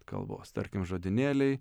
kalbos tarkim žodynėliai